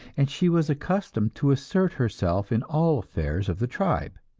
and she was accustomed to assert herself in all affairs of the tribe.